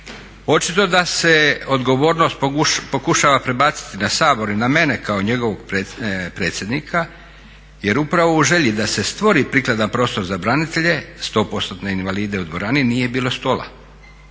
Očito da se odgovornost pokušava prebaciti na Sabor i na mene kao njegovog predsjednika, jer upravo u želji da se stvori prikladan prostor za branitelje sto postotne invalide u dvorani nije bilo stola.